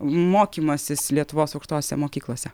mokymasis lietuvos aukštosiose mokyklose